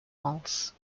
malls